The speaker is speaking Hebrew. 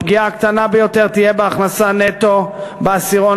הפגיעה הקטנה ביותר תהיה בהכנסה נטו בעשירון